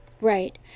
Right